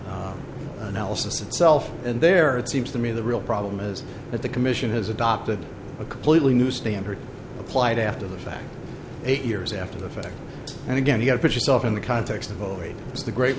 l analysis itself and there it seems to me the real problem is that the commission has adopted a completely new standard applied after the fact eight years after the fact and again you have put yourself in the context of oh great is the great